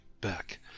back